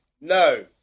No